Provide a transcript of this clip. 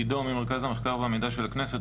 עידו ממרכז המידע והמחקר של הכנסת,